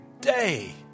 day